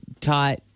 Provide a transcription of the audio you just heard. taught